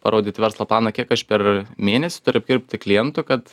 parodyt verslo planą kiek aš per mėnesį turiu apkirpti klientų kad